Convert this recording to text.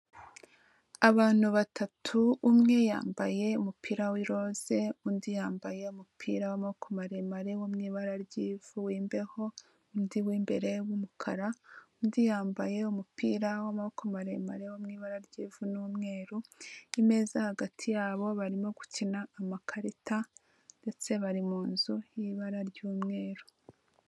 Abantu batatu, umwe yambaye umupira w'iroze, undi yambaye umupira w'amaboko maremare, wo mu ibara ry'ivu w'imbeho, undi w'imbere w'umukara; undi yambaye umupira w'amaboko maremare wo mu ibara ry'ivu n'umweru, imeza hagati yabo barimo gukina amakarita, ndetse bari mu nzu y'ibara ry'umweru.